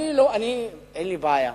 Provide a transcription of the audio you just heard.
אני אין לי בעיה.